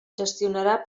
gestionarà